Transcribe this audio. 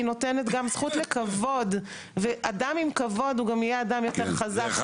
היא גם נותנת זכות לכבוד ואדם עם כבוד נהיה גם אדם יותר חזק.